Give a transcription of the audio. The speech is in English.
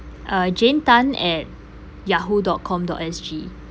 uh jane tan at yahoo dot com dot S_G